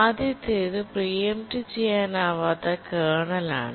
ആദ്യത്തേത് preempt ചെയ്യാനാവാത്ത കേർണലാണ്